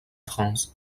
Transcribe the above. france